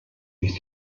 ist